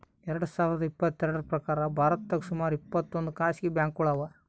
ಎರಡ ಸಾವಿರದ್ ಇಪ್ಪತ್ತೆರಡ್ರ್ ಪ್ರಕಾರ್ ಭಾರತದಾಗ್ ಸುಮಾರ್ ಇಪ್ಪತ್ತೊಂದ್ ಖಾಸಗಿ ಬ್ಯಾಂಕ್ಗೋಳು ಅವಾ